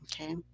Okay